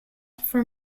for